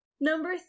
Number